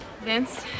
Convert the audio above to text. Vince